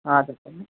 చెప్పండి